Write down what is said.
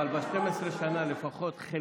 השר עמאר, אבל ב-12 שנה, לפחות בחלקן,